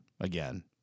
again